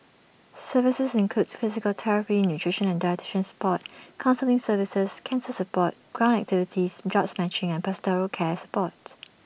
services include physical therapy nutrition and dietitian support counselling services cancer support ground activities jobs matching and pastoral care support